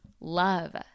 love